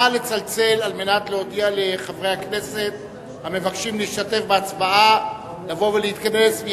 נא לצלצל כדי להודיע לחברי הכנסת המבקשים להשתתף בהצבעה לבוא ולהתכנס.